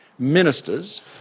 Ministers